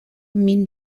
min